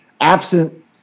absent